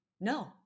no